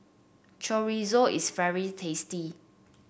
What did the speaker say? chorizo is very tasty